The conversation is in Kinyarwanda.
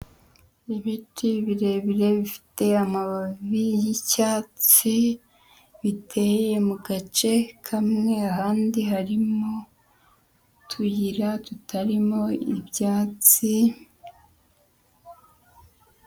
Ibiti birebire bifite amababi y'icyatsi biteye mu gace kamwe, ahandi harimo utuyira tutarimo ibyatsi.